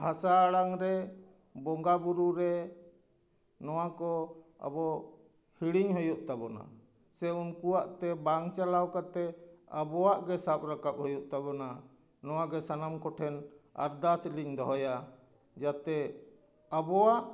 ᱵᱷᱟᱥᱟ ᱟᱲᱟᱝ ᱨᱮ ᱵᱚᱸᱜᱟ ᱵᱩᱨᱩ ᱨᱮ ᱱᱚᱶᱟ ᱠᱚ ᱟᱵᱚ ᱦᱤᱲᱤᱧ ᱦᱩᱭᱩᱜ ᱛᱟᱵᱚᱱᱟ ᱥᱮ ᱩᱱᱠᱩᱭᱟᱜ ᱛᱮ ᱵᱟᱝ ᱪᱟᱞᱟᱣ ᱠᱟᱛᱮ ᱟᱵᱚᱣᱟᱜ ᱜᱮ ᱥᱟᱵ ᱨᱟᱠᱟᱵ ᱦᱩᱭᱩᱜ ᱛᱟᱵᱚᱱᱟ ᱱᱚᱶᱟ ᱜᱮ ᱥᱟᱱᱟᱢ ᱠᱚᱴᱷᱮᱱ ᱟᱨᱫᱟᱥ ᱞᱤᱧ ᱫᱚᱦᱚᱭᱟ ᱡᱟᱛᱮ ᱟᱵᱚᱭᱟᱜ